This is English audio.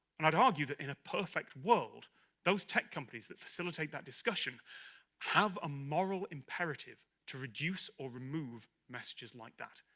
and i'd argue that in a perfect world those tech companies that facilitate that discussion have a moral imperative to reduce or remove messages like that,